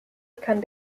kann